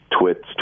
twits